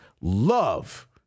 love